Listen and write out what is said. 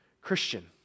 Christian